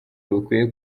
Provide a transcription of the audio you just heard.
bukwiye